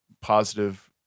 positive